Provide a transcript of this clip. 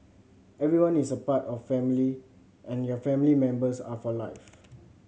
everyone is a part of family and your family members are for life